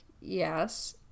yes